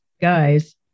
guys